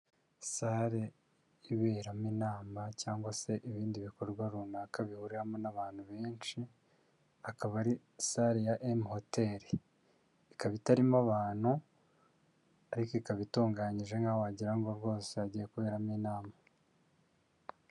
Sale iberamo inama cyangwa se ibindi bikorwa runaka bihuriramo n'abantu benshi, akaba ari sale ya emu hoteli, ikaba itarimo abantu ariko ikaba itunganyije nkaho wagira ngo rwose hagiye kuberamo inama.